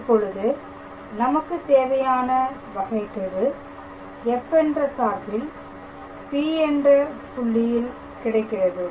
இப்பொழுது நமக்குத் தேவையான வகைகெழு f என்ற சார்பில் P என்ற புள்ளியில் கிடைக்கிறது